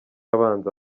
abanza